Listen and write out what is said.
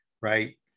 right